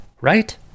right